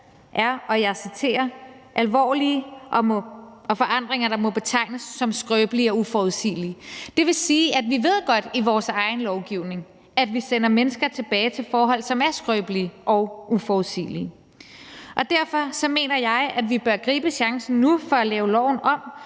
er alvorlige og forandringerne må betegnes som skrøbelige og uforudsigelige. Det vil sige, at vi godt ved – det står i vores egen lovgivning – at vi sender mennesker tilbage til forhold, som er skrøbelige og uforudsigelige. Derfor mener jeg, vi bør gribe chancen nu for at lave loven om,